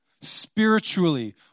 Spiritually